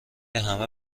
همه